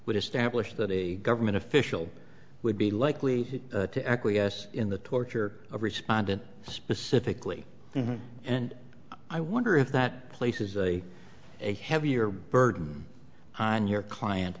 would establish that a government official would be likely to acquiesce in the torture of responded specifically and i wonder if that places a a heavier burden on your client